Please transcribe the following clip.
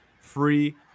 free